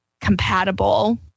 compatible